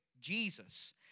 Jesus